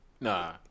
Nah